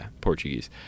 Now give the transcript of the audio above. Portuguese